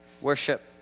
worship